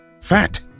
fat